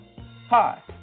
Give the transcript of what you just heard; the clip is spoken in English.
Hi